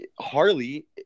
Harley